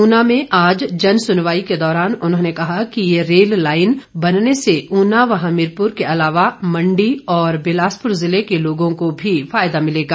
ऊना में आज जनसुनवाई के दौरान उन्होंने कहा कि ये रेल लाईन बनने से ऊना व हमीरपुर के अलावा मंडी और बिलासपुर जिले के लोगों को भी फायदा मिलेगा